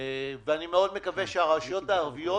ואני מאוד מקווה שהרשויות הערביות,